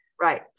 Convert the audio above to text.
Right